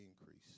increase